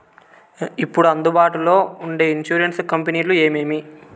ఇప్పుడు అందుబాటులో ఉండే ఇన్సూరెన్సు కంపెనీలు ఏమేమి?